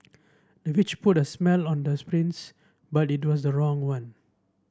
the witch put a smell on the but it was the wrong one